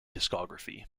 discography